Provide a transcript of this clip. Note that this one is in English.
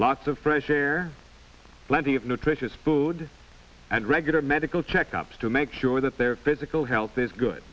lots of fresh air plenty of nutritious food and regular medical checkups to make sure that their physical health is good